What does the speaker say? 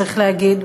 צריך להגיד,